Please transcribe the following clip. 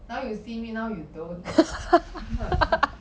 now you see me now you don't what the fuck